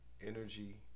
energy